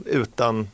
utan